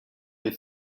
les